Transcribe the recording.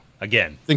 Again